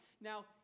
Now